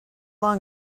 long